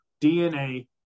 DNA